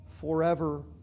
forever